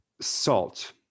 salt